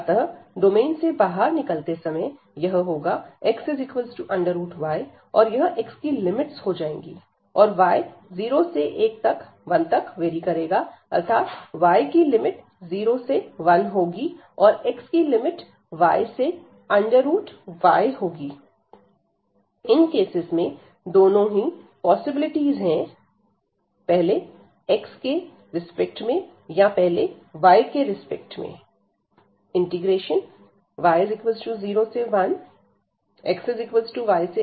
अतः डोमेन से बाहर निकलते समय यह होगा xy और यह x की लिमिट्स हो जाएंगे और y 0 से 1 तक वेरी करेगा अर्थात y की लिमिट 0 से 1 होगी और x की लिमिट y से y होगी इन केसेस में दोनों ही पॉसिबिलिटी हैं पहले x के रिस्पेक्ट में या पहले y के रिस्पेक्ट में